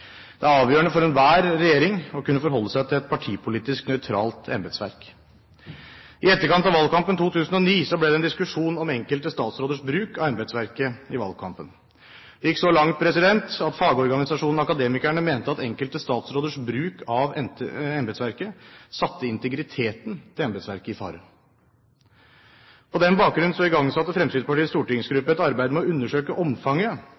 Det er avgjørende for enhver regjering å kunne forholde seg til et partipolitisk nøytralt embetsverk. I etterkant av valgkampen 2009 ble det en diskusjon om enkelte statsråders bruk av embetsverket i valgkampen. Det gikk så langt at fagorganisasjonen Akademikerne mente at enkelte statsråders bruk av embetsverket satte integriteten til embetsverket i fare. På den bakgrunn igangsatte Fremskrittspartiets storingsgruppe et arbeid med å undersøke omfanget